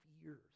years